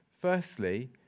Firstly